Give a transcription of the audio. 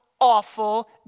awful